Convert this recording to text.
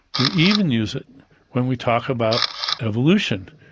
we even use it when we talk about evolution.